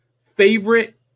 favorite